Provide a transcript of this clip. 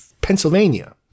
Pennsylvania